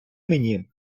мені